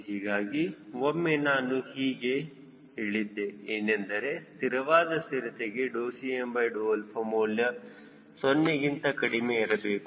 ಹೀಗಾಗಿ ಒಮ್ಮೆ ನಾನು ಹೀಗೆ ಹೇಳಿದ್ದೆ ಏನೆಂದರೆ ಸ್ಥಿರವಾದ ಸ್ಥಿರತೆಗೆ Cm ಮೌಲ್ಯವು 0ಗಿಂತ ಕಡಿಮೆ ಇರಬೇಕು